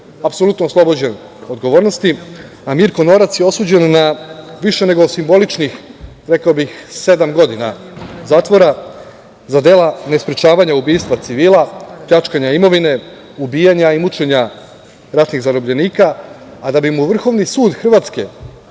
apsolutno oslobođen odgovornosti, a Mirko Norac je osuđen na više nego simboličnih, rekao bih, sedam godina zatvor za dela nesprečavanja ubistva civila, pljačkanja imovine, ubijanja i mučenja ratnih zarobljenika, a da bi mu Vrhovni sud Hrvatske